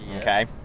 Okay